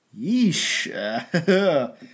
Yeesh